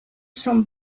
som